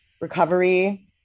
recovery